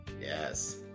Yes